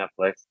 Netflix